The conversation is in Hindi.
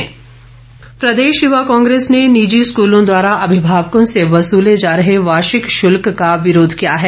युवा कांग्रेस प्रदेश युवा कांग्रेस ने निजी स्कूलों द्वारा अभिभावकों से वसूले जा रहे वार्षिक शुल्क का विरोध किया है